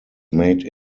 made